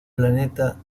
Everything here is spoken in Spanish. planeta